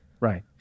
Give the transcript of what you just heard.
Right